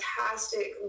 fantastic